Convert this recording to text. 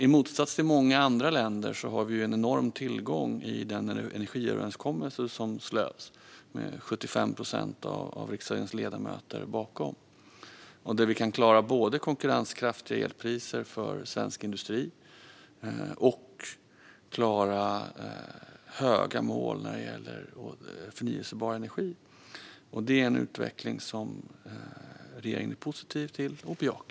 I motsats till många andra länder har vi ju en enorm tillgång i den energiöverenskommelse som slöts och som 75 procent av riksdagens ledamöter står bakom, där vi kan klara både konkurrenskraftiga elpriser för svensk industri och höga mål när det gäller förnybar energi. Det är en utveckling som regeringen är positiv till och bejakar.